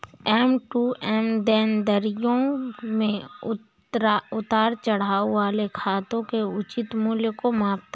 M to M देनदारियों में उतार चढ़ाव वाले खातों के उचित मूल्य को मापता है